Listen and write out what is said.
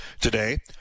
today